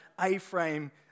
A-frame